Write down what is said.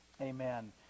Amen